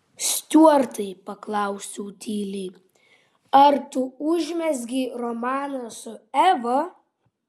stiuartai paklausiau tyliai ar tu užmezgei romaną su eva